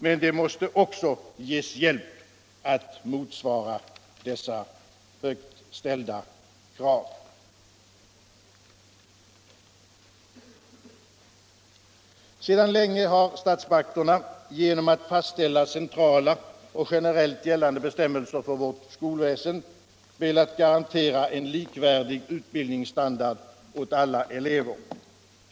Men de måste också ges hjälp att motsvara dessa högt ställda krav. Sedan länge har statsmakterna genom att fastställa centrala och generellt gällande bestämmelser för vårt skolväsende velat garantera en likvärdig utbildningsstandard för alla elever.